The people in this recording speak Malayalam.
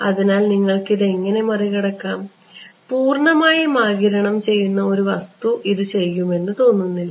അതിനാൽ നിങ്ങൾ ഇത് എങ്ങനെ മറികടക്കും പൂർണ്ണമായും ആഗിരണം ചെയ്യുന്ന വസ്തു ഇത് ചെയ്യുമെന്ന് തോന്നുന്നില്ല